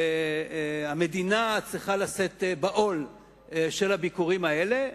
שהמדינה צריכה לשאת בעול של הביקורים האלה.